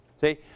See